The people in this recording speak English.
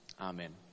Amen